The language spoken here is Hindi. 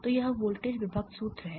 तो यह वोल्टेज विभक्त सूत्र है